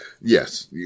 Yes